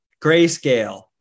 grayscale